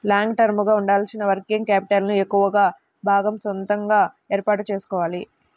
long term గా ఉండాల్సిన working capital ను ఎక్కువ భాగం సొంతగా ఏర్పాటు చేసుకోవాలి